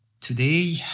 Today